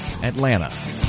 atlanta